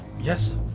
yes